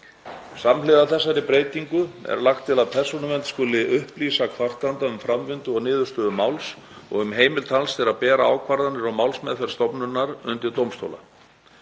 Samhliða þessari breytingu er lagt til að Persónuvernd skuli upplýsa kvartanda um framvindu og niðurstöðu máls og um heimild hans til að bera ákvarðanir og málsmeðferð stofnunar undir dómstóla.